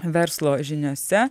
verslo žiniose